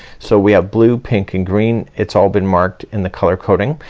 so we have blue, pink and green. it's all been marked in the color coding.